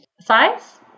size